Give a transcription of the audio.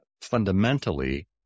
fundamentally